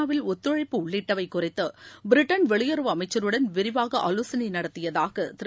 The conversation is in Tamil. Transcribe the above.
வில் ஒத்துழைப்பு உள்ளிட்டவை குறித்து பிரிட்டன் வெள்யுறவு அமைச்சருடன் விரிவாக ஆலோசனை நடத்தியதாக திரு